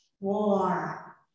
war